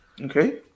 okay